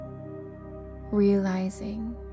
Realizing